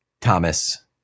Thomas